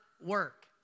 work